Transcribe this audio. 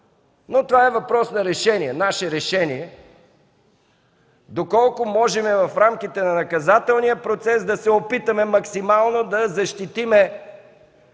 Но това е въпрос на наше решение доколко можем, в рамките на наказателния процес, да се опитаме максимално да защитим